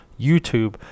YouTube